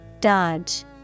Dodge